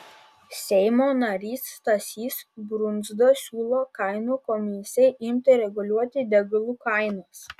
seimo narys stasys brundza siūlo kainų komisijai imti reguliuoti degalų kainas